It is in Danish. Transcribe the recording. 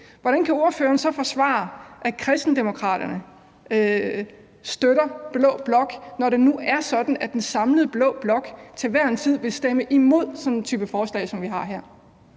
– kan ordføreren så forsvare, at Kristendemokraterne støtter blå blok, når det nu er sådan, at den samlede blå blok til hver en tid vil stemme imod sådan en type forslag, som vi har her?